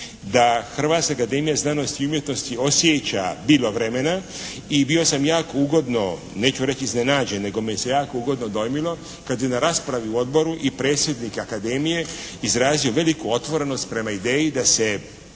Hrvatska akademija znanosti i umjetnosti osjeća bilo vremena i bio sam jako ugodno neću reći iznenađen nego me se jako ugodno dojmilo kad je na raspravi u Odboru i predsjednik Akademije izrazio veliku otvorenost prema ideji da se